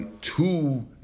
two